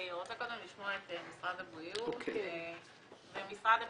אני רוצה קודם לשמוע את משרד הבריאות ומשרד הפנים.